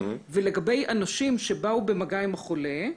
(2)לגבי אנשים שבאו במגע עם חולה: